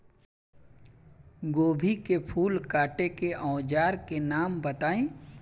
गोभी के फूल काटे के औज़ार के नाम बताई?